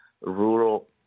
rural